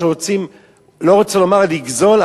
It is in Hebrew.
לא רוצה לומר לגזול,